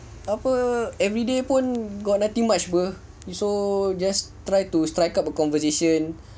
apa everyday pun got nothing much apa so just try to strike up a conversation